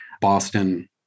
Boston